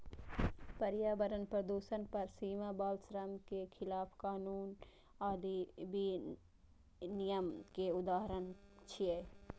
पर्यावरण प्रदूषण पर सीमा, बाल श्रम के खिलाफ कानून आदि विनियम के उदाहरण छियै